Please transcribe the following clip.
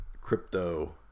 crypto